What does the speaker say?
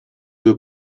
due